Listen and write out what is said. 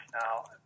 now